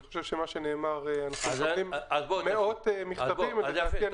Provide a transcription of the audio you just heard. אני חושב שמה שנאמר היו מאות מכתבים --- אם כך,